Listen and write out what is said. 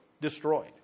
destroyed